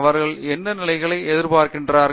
அவர்கள் என்ன நிலைப்பாடுகளை எதிர்பார்க்கிறார்கள்